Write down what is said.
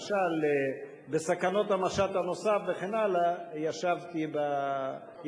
למשל לגבי סכנות המשט הנוסף וכן הלאה ישבתי בהתייעצויות,